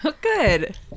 good